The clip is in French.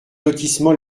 lotissement